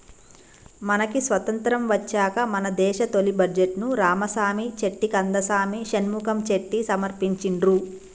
మనకి స్వతంత్రం వచ్చాక మన దేశ తొలి బడ్జెట్ను రామసామి చెట్టి కందసామి షణ్ముఖం చెట్టి సమర్పించిండ్రు